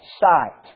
sight